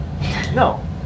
No